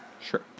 Sure